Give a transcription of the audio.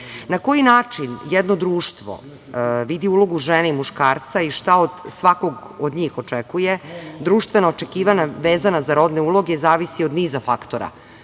koji način jedno društvo vidi ulogu žene i muškarca i šta od svakog od njih očekuje društvena očekivanja vezana za rodne uloge zavisi od niza faktora,